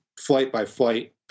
flight-by-flight